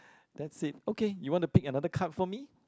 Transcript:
that's it okay you want to pick another card for me